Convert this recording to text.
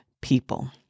people